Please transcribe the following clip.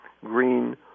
green